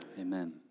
Amen